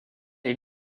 est